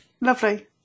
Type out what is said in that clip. lovely